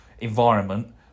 environment